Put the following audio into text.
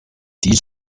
dies